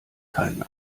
keinen